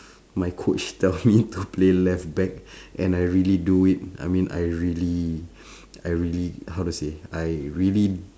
my coach tell me to play left back and I really do it I mean I really I really how to say I really